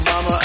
Mama